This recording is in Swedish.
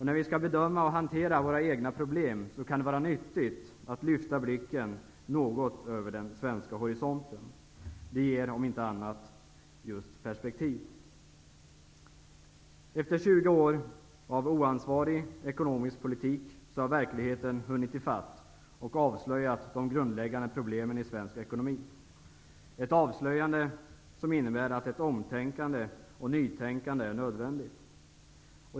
När vi skall bedöma och hantera våra egna problem, så kan det vara nyttigt att lyfta blicken något över den svenska horisonten. Det ger, om inte annat, perspektiv. Efter 20 år av oansvarig ekonomisk politik har verkligheten hunnit ifatt oss och avslöjat de grundläggande problemen i svensk ekonomi. Det är ett avslöjande som innebär att ett omtänkande och ett nytänkande är nödvändigt.